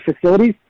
facilities